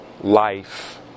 life